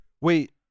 Wait